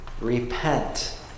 repent